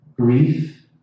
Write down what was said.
grief